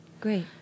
Great